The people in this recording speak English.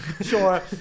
sure